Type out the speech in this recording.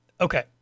Okay